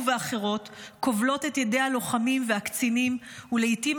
ואחרות כובלות את ידי הלוחמים והקצינים ולעיתים